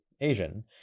Asian